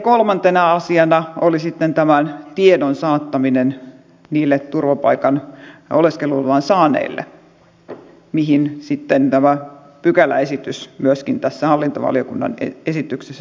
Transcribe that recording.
kolmantena asiana oli sitten tiedon saattaminen turvapaikan ja oleskeluluvan saaneille mihin sitten tämä pykäläesitys myöskin hallintovaliokunnan esityksessä tuli